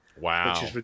Wow